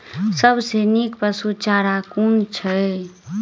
सबसँ नीक पशुचारा कुन छैक?